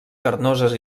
carnoses